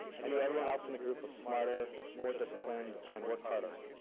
i knew everyone else in the group was smarter, more disciplined, and worked harder.